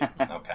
okay